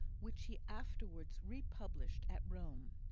which he afterwards republished at rome.